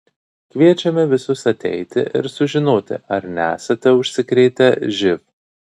kviečiame visus ateiti ir sužinoti ar nesate užsikrėtę živ